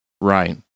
Right